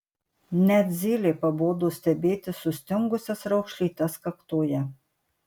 net zylei pabodo stebėti sustingusias raukšlytes kaktoje